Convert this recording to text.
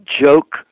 joke